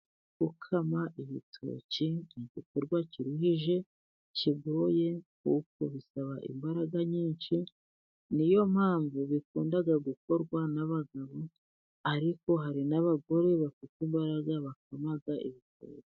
Kukama ibitoki ni igikorwa kiruhije kigoye kuko bisaba imbaraga nyinshi niyo mpamvu bikunda gukorwa n'abagabo ariko hari n'abagore bafite imbaraga ba bakama ibitoki.